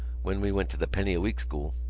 when we went to the penny-a-week school.